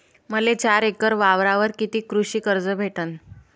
मले चार एकर वावरावर कितीक कृषी कर्ज भेटन?